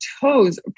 toes